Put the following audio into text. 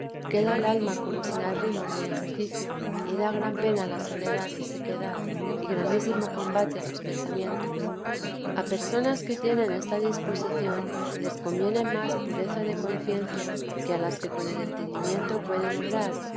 queda el alma como sin arrimo ni ejercicio y da gran pena la soledad y sequedad y grandísimo combate los pensamientos a personas que tienen esta disposición les conviene más pureza de conciencia que a las que con el entendimiento pueden obrar